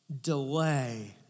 delay